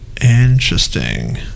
Interesting